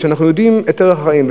ושאנחנו יודעים את ערך החיים.